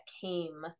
came